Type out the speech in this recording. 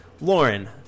Lauren